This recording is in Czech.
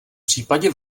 případě